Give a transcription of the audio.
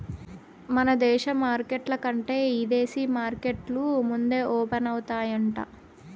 మన దేశ మార్కెట్ల కంటే ఇదేశీ మార్కెట్లు ముందే ఓపనయితాయంట